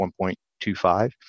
1.25